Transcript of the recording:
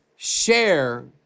Share